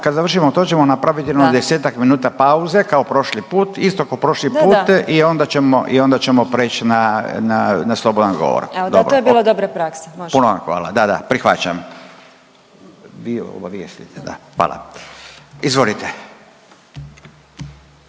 kad završimo to ćemo napravit jedno 10-ak minuta pauze, isto kao prošli put i onda ćemo, onda ćemo prijeći na slobodan govor. …/Upadica Orešković: Evo da, to je bila dobra praksa, može./… Puno vam hvala, da, da prihvaćam. Vi obavijestite, da. Hvala. Izvolite.